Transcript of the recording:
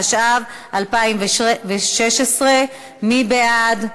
התשע"ו 2016. מי בעד?